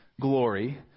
glory